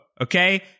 okay